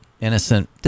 innocent